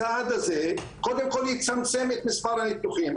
הצעד הזה קודם כל יצמצם את מספר הניתוחים,